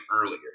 earlier